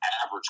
average